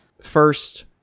first